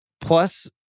plus